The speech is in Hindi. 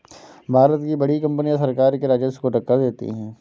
भारत की बड़ी कंपनियां सरकार के राजस्व को टक्कर देती हैं